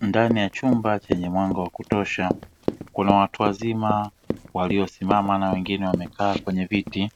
Ndani ya chumba chenye mwanga wa kutosha, kuna watu wazima waliosimama na wengine wamekaa kwenye viti,